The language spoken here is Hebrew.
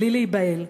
בלי להיבהל,